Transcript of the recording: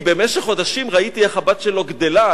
כי במשך חודשים ראיתי איך הבת שלו גדלה,